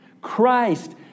Christ